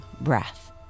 breath